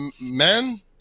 men